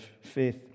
faith